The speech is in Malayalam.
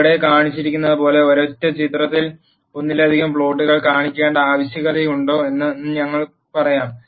ചുവടെ കാണിച്ചിരിക്കുന്നതുപോലെ ഒരൊറ്റ ചിത്രത്തിൽ ഒന്നിലധികം പ്ലോട്ടുകൾ കാണിക്കേണ്ട ആവശ്യമുണ്ടെന്ന് ഞങ്ങൾ പറയാം